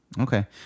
Okay